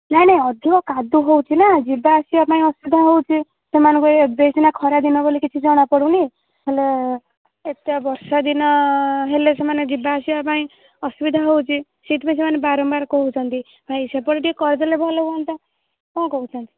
ନାଇଁ ନାଇଁ ଅଧିକ କାଦୁଅ ହେଉଛି ନା ଯିବା ଆସିବା ପାଇଁ ଅସୁବିଧା ହେଉଛି ସେମାନଙ୍କୁ ଏ ଏବେ ସିନା ଖରା ଦିନ ବୋଲି କିଛି ଜଣା ପଡ଼ୁନି ହେଲେ ଏତେ ବର୍ଷା ଦିନ ହେଲେ ସେମାନେ ଯିବା ଆସିବା ପାଇଁ ଅସୁବିଧା ହେଉଛି ସେଇଥିପାଇଁ ସେମାନେ ବାରମ୍ବାର କହୁଛନ୍ତି ଭାଇ ଭାଇ ସେପଟେ ଟିକେ କରିଦେଲେ ଭଲ ହୁଅନ୍ତା କ'ଣ କହୁଛନ୍ତି